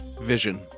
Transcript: vision